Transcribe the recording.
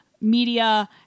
media